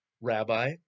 rabbi